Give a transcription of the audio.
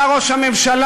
אתה ראש הממשלה.